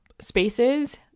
spaces